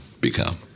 become